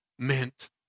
Meant